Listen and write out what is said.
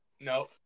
no